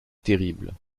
terrible